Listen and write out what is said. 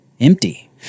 Empty